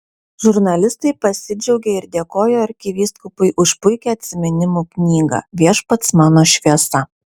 žurnalistai pasidžiaugė ir dėkojo arkivyskupui už puikią atsiminimų knygą viešpats mano šviesa